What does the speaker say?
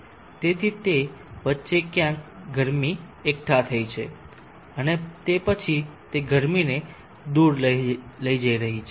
તેથી તે વચ્ચે ક્યાંક ગરમી એકઠા થઈ છે અને તે પછી તે ગરમીને દૂર લઈ જઈ રહી છે